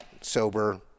sober